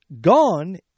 gone